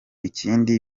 ikindi